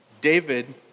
David